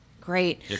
Great